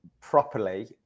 properly